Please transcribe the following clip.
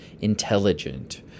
intelligent